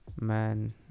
man